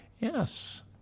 Yes